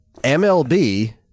MLB